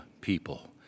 people